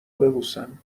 ببوسم